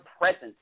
presence